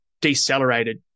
decelerated